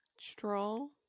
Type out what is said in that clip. Stroll